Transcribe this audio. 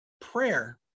prayer